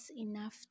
enough